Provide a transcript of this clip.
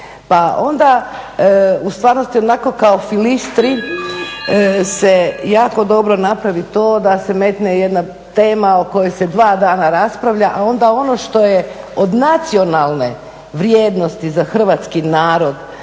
pa onda u stvarnosti onako kao filistri se jako dobro napravi to da se metne jedna tema o kojoj se dva dana raspravlja, a onda ono što je od nacionalne vrijednosti za hrvatski narod,